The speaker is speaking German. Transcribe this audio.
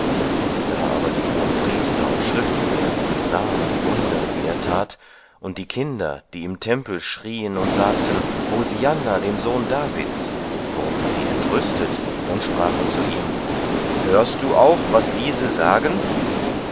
da aber die hohenpriester und schriftgelehrten sahen die wunder die er tat und die kinder die im tempel schrieen und sagten hosianna dem sohn davids wurden sie entrüstet und sprachen zu ihm hörst du auch was diese sagen